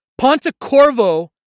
Pontecorvo